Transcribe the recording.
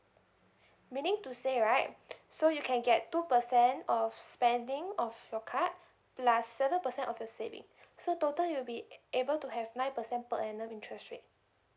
meaning to say right so you can get two percent of spending of your card plus seven percent of your savings so total you'll be able to have nine percent per annum interest rate